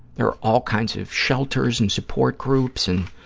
there are all kinds of shelters and support groups and.